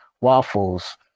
waffles